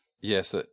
Yes